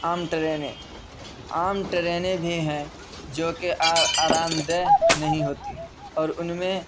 عام ٹرینیں عام ٹرینیں بھی ہیں جوکہ آرامدہ نہیں ہوتی اور ان میں